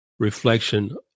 reflection